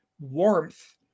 warmth